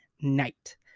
night